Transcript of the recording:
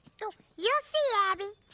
so you'll see abby.